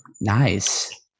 Nice